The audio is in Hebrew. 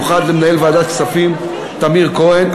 במיוחד למנהל ועדת הכספים טמיר כהן.